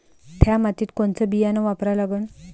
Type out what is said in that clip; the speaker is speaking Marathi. थ्या मातीत कोनचं बियानं वापरा लागन?